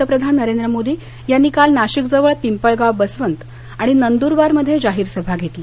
पंतप्रधान नरेंद्र मोदी यांनी काल नाशिकजवळ पिंपळगाव बसवंत आणि नंदुरबारमध्ये जाहीर सभा घेतली